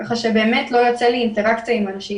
כך שבאמת לא יוצאת לי אינטראקציה עם אנשים,